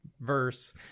verse